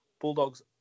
bulldogs